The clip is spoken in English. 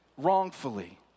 wrongfully